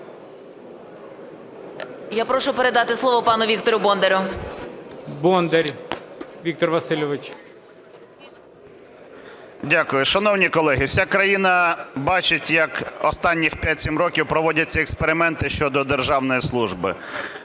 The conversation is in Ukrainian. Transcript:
Я прошу передати слово пану Віктору Бондарю. ГОЛОВУЮЧИЙ. Бондар Віктор Васильович. 12:23:31 БОНДАР В.В. Дякую. Шановні колеги, вся країна бачить, як останніх 5-7 років проводяться експерименти щодо державної служби.